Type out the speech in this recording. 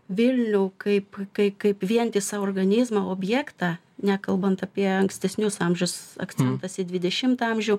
vilnių kaip kai kaip vientisą organizmą objektą nekalbant apie ankstesnius amžius akcentas į dvidešimtą amžių